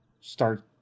start